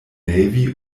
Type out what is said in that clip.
navy